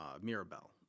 Mirabelle